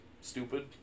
stupid